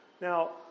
Now